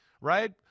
right